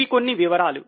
ఇవి కొన్ని వివరాలు